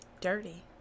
dirty